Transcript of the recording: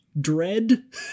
dread